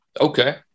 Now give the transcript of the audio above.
Okay